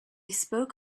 spoke